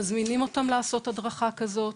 מזמינים אותם לעשות הדרכה כזאת,